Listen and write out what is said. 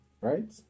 Right